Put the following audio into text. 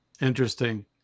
Interesting